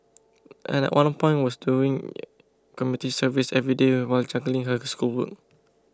and at one point was doing community service every day while juggling her schoolwork